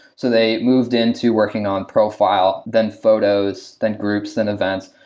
so, they moved into working on profile, then photos, then groups, then events,